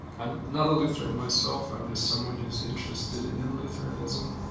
i'm not a lutheran myself. i'm just someone who's interested in lutheranism,